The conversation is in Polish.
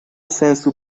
sensu